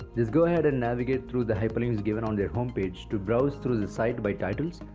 just go ahead and navigate through the hyperlinks given on their homepage to browse through the site by titles,